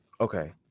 Okay